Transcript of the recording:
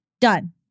Done